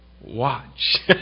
watch